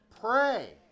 Pray